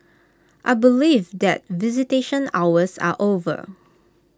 I believe that visitation hours are over